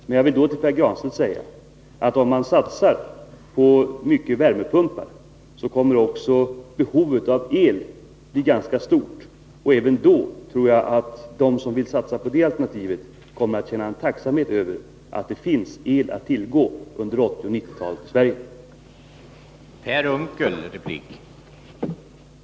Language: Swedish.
Men jag vill då till Pär Granstedt säga att om man satsar på många värmepumpar, kommer också behovet av el att bli ganska stort, och även då tror jag att de som vill satsa på det alternativet kommer att känna tacksamhet över att det finns el att tillgå i Sverige under 1980 och 1990-talen.